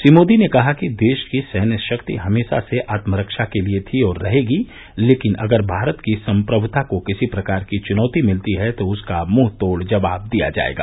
श्री मोदी ने कहा कि देश की सैन्य शक्ति हमेशा से आत्म रक्षा के लिए थी और रहेगी लेकिन अगर भारत की संप्रभुता को किसी प्रकार की चुनौती मिलती है तो उसका मुंह तोड़ जवाब दिया जायेगा